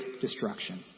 destruction